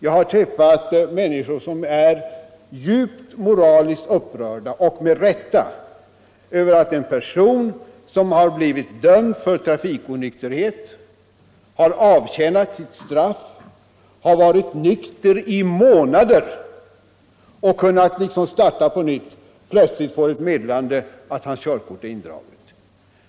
Jag har träffat människor som är djupt moraliskt upprörda — och med rätta — Över att en person som har blivit dömd för trafikonykterhet, som har avtjänat sitt straff och varit nykter i månader och kunnat starta på nytt, plötsligt får ett meddelande om att hans körkort är indraget.